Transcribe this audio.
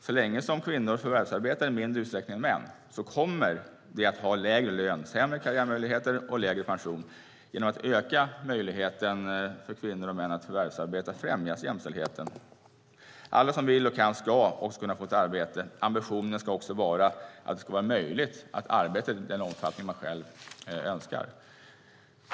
Så länge kvinnor förvärvsarbetar i mindre utsträckning än män kommer de att ha lägre lön, sämre karriärmöjligheter och lägre pension. Genom att öka möjligheten för kvinnor och män att förvärvsarbeta främjas jämställdheten. Alla som vill och kan ska kunna få ett arbete. Ambitionen ska också vara att det ska vara möjligt att arbeta i den omfattning man själv önskar.